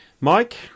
Mike